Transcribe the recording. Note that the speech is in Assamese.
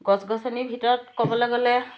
গছ গছনিৰ ভিতৰত ক'বলৈ গ'লে